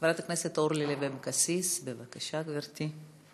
חברת הכנסת אורלי לוי אבקסיס, בבקשה, גברתי.